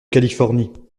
californie